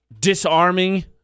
disarming